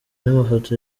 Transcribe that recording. n’amafoto